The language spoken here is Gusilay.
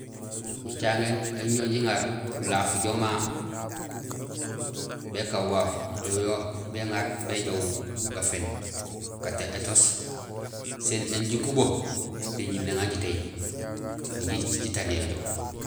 Jicaŋéén éni uñoow jiŋa ulaaf jo ma békaan waaf, béŋaar béjoow gaféén, étoos, sin één jikubo do jibilé éŋa jitéy min jitariya.